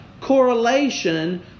correlation